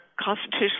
constitutional